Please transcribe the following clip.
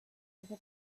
over